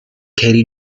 katie